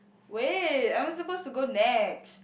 wait I'm supposed to go next